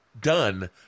done